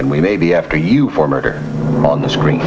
and we may be after you for murder on the screen